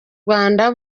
rwanda